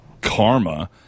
karma